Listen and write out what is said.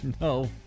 No